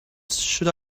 should